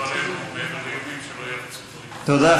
מעבר לאיומים שלא יהיה רצח פוליטי.